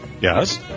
Yes